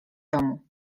domu